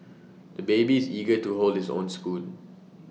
the baby is eager to hold his own spoon